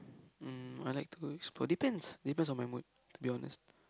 mm I like to explore depends depends on my mood to be honest